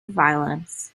violence